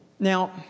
Now